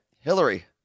Hillary